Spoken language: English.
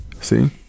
See